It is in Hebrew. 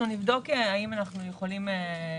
אנחנו נבדוק האם אנחנו יכולים.